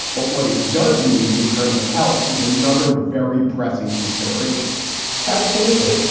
but what it does mean in terms of health is another very pressing consideration absolutely.